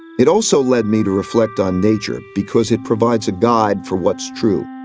it also led me to reflect on nature, because it provides a guide for what's true.